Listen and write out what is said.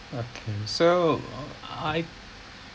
okay so I